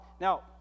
Now